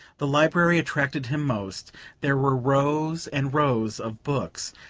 the library attracted him most there were rows and rows of books,